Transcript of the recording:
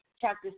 chapter